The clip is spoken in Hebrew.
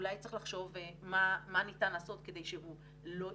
אולי צריך לחשוב מה ניתן לעשות כדי שהוא לא יתלונן.